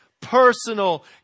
personal